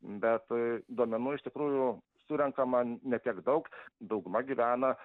bet duomenų iš tikrųjų surenkama ne tiek daug dauguma gyvena